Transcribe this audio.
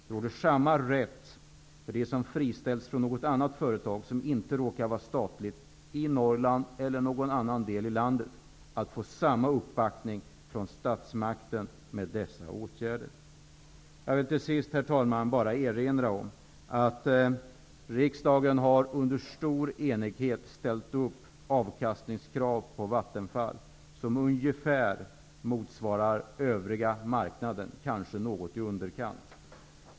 De som friställs från något annat företag, som inte råkar vara statligt, har samma rätt som de som arbetar i statliga företag, oavsett om det är i Norrland eller i någon annan del av landet, att få uppbackning från statsmakten när det gäller dessa åtgärder. Jag vill till sist, herr talman, bara erinra om att riksdagen i stor enighet har ställt avkastningskrav på Vattenfall, vilka motsvarar ungefär de krav som ställs på den övriga marknaden -- de kanske är något i underkant.